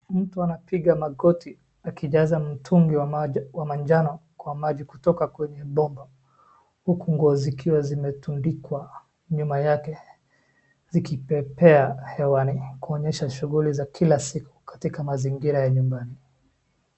Mtu anapiga magoti akijaza mtungi wa manjano kwa maji kutoka kwenye bomba, huku nguo zikiwa zimetundikwa nyuma yake, zikipepea hewani, kuonyesha shughuli za kila siku katika mazingira ya nyumbani.